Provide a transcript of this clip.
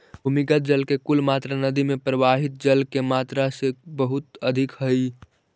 भूमिगत जल के कुल मात्रा नदि में प्रवाहित जल के मात्रा से बहुत अधिक हई